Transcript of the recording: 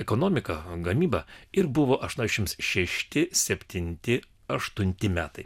ekonomiką gamybą ir buvo aštuoniasdešimt šešti septinti aštunti metai